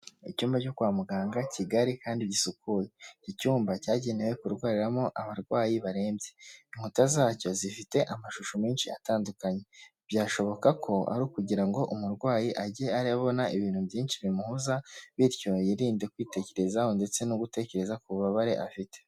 Icyumba cyo kwa muganga kigari kandi gisukuye, iki cyumba cyagenewe kurwariramo abarwayi barembye, inkuta zacyo zifite amashusho menshi atandukanye, byashoboka ko ari ukugira ngo umurwayi ajye arabona ibintu byinshi bimuhuza, bityo yirinde kwitekerezaho ndetse no gutekereza ku bubabare afite.